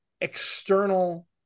external